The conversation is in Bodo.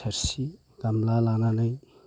थोरसि गामला लानानै